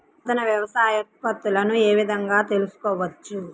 నూతన వ్యవసాయ ఉత్పత్తులను ఏ విధంగా తెలుసుకోవచ్చు?